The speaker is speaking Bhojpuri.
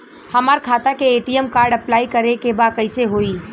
हमार खाता के ए.टी.एम कार्ड अप्लाई करे के बा कैसे होई?